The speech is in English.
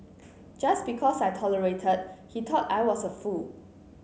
just because I tolerated he thought I was a fool